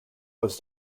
was